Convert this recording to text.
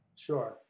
Sure